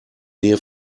nähe